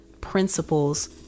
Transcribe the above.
principles